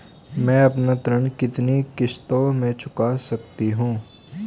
मैं अपना ऋण कितनी किश्तों में चुका सकती हूँ?